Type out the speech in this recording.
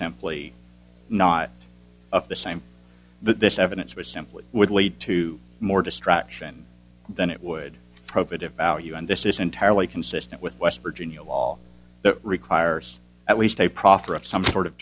simply not of the same this evidence was simply would lead to more distraction then it would probative value and this is entirely consistent with west virginia law that requires at least a proffer of some sort of